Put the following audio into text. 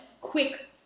quick